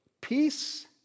peace